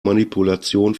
manipulation